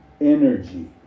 energy